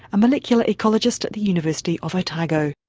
a molecular ecologist at the university of otago.